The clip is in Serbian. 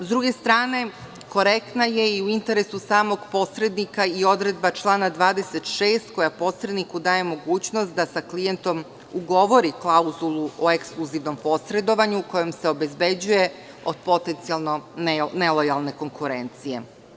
S druge strane, korektna je i u interesu samog posrednika i odredba člana 26. koja posredniku daje mogućnost da sa klijentom ugovori klauzulu o ekskluzivnom posredovanju kojom se obezbeđuje od potencijalno nelojalne konkurencije.